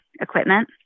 equipment